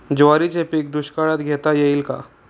ज्वारीचे पीक दुष्काळात घेता येईल का?